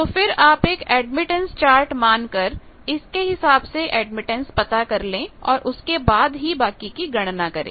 तो फिर आप एक एडमिटेंस चार्ट मानकर इसके हिसाब से एडमिटेंस पता कर ले और उसके बाद ही बाकी की गणना करें